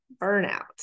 burnout